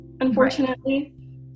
unfortunately